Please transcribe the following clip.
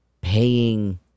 paying